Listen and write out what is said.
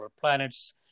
planets